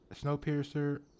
Snowpiercer